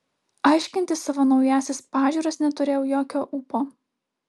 aiškinti savo naująsias pažiūras neturėjau jokio ūpo